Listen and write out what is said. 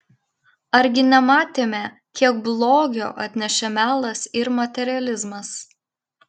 argi nematėme kiek blogio atnešė melas ir materializmas